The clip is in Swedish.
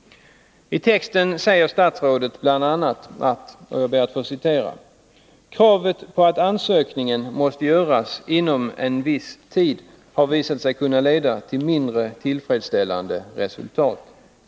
Statsrådet säger bl.a. att ”kravet på att ansökningen måste göras inom en viss tid har visat sig kunna leda till mindre tillfredsställande resultat -——-.